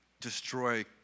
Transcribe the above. destroy